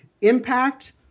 impact